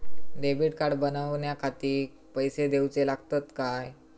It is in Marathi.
डेबिट कार्ड बनवण्याखाती पैसे दिऊचे लागतात काय?